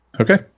Okay